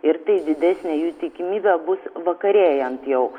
ir tai didesnė jų tikimybė bus vakarėjant jau